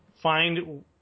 find